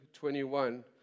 21